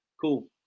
cool